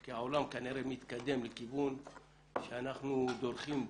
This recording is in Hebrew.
כי העולם כנראה מתקדם לכיוון כשאנחנו דורכים במקום.